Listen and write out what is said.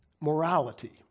morality